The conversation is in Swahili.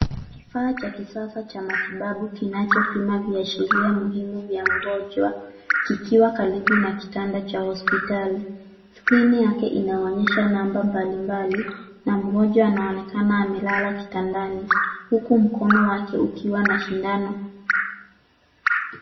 Kifaa cha kisasa cha matibabu kinachopima viashiria muhimu vya mgonjwa, kikiwa karibu na kitanda cha hospitali. Skrini yake inaonyesha number mbali mbali na mgonjwa anaonekana amelala kitandani huku mkono wake ukiwa na sindano.